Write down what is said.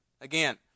Again